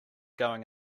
going